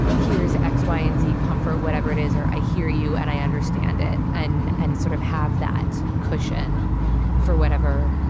here is x, y and z comfort, whatever it is, or i hear you and i understand it and and sort of have that cushion for whatever.